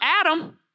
Adam